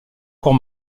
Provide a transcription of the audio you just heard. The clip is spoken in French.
cour